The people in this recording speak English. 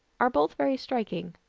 are both very striking.